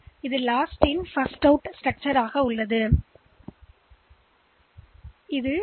எனவே இது முதல் அவுட்கடைசியாக உள்ளது கட்டமைப்பில்